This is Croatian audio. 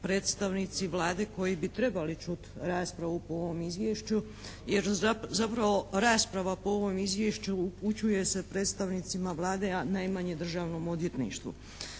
predstavnici Vlade koji bi trebali čut raspravu po ovom izvješću jer zapravo rasprava po ovom izvješću upućuje se predstavnicima Vlade a najmanje Državnom odvjetništvu.